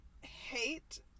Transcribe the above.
hate